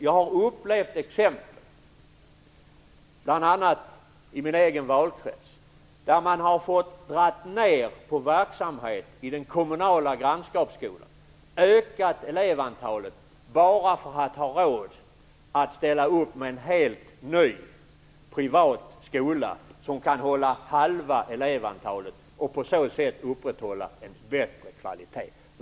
Jag har upplevt exempel bl.a. i min egen valkrets där man har dragit ned på verksamhet i den kommunala grannskapsskolan och ökat elevantalet bara för att få råd att ställa upp med en helt ny privat skola som kan hålla halva elevantalet och på så sätt upprätthålla en bättre kvalitet.